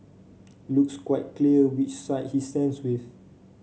looks quite clear which side he stands with